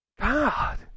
God